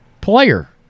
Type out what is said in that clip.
player